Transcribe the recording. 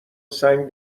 سنگ